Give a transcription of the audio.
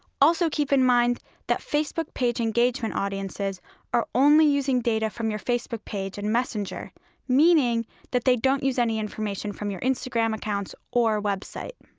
also keep in mind that facebook page engagement audiences are only using data from your facebook page and messenger meaning that they don't use any information from your instagram accounts or website.